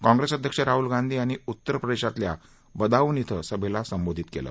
काँप्रेस अध्यक्ष राहुल गांधी यांनी उत्तरप्रदेशातल्या बदाऊन कें सभेला संबोधित केलं